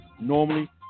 normally